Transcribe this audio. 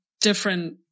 different